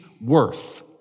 worth